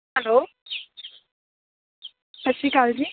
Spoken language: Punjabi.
ਹੈਲੋ ਸਤਿ ਸ਼੍ਰੀ ਅਕਾਲ ਜੀ